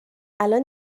الان